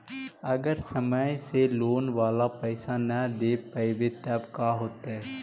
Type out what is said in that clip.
अगर समय से लोन बाला पैसा न दे पईबै तब का होतै?